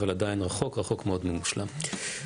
אבל עדיין רחוק מאוד מלהיות מושלם.